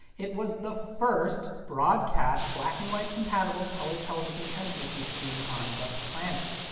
it was the first broadcast black-and-white compatible color television transmission scheme on the planet.